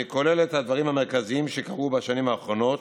אני כולל את הדברים המרכזיים שקרו בשנים האחרונות,